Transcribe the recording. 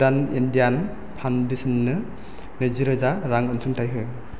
उडान Indian फाउन्डेसननो नैजि रोजा रां अनसुंथाइ हो